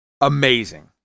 amazing